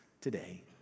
today